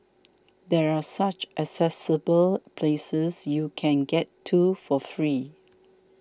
there are such accessible places you can get to for free